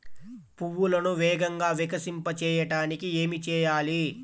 పువ్వులను వేగంగా వికసింపచేయటానికి ఏమి చేయాలి?